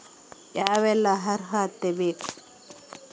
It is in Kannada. ಯಾವೆಲ್ಲ ಅರ್ಹತೆ ಬೇಕು?